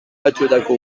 batzuetako